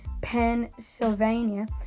Pennsylvania